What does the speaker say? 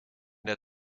der